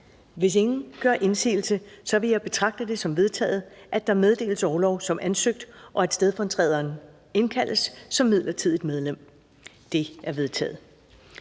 Hvis ingen gør indsigelse, vil jeg betragte det som vedtaget, at der meddeles orlov som ansøgt, og at stedfortræderen indkaldes som midlertidigt medlem. Det er vedtaget.